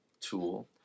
tool